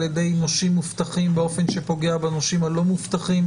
ידי נושים מובטחים באופן שפוגע בנושאים הלא מובטחים.